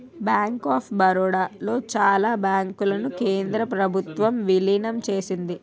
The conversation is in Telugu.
బ్యాంక్ ఆఫ్ బరోడా లో చాలా బ్యాంకులను కేంద్ర ప్రభుత్వం విలీనం చేసింది